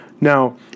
Now